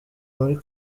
muri